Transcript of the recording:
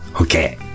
Okay